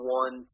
one